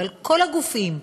כל הגופים,